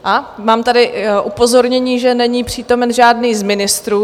A mám tady upozornění, že není přítomen žádný z ministrů.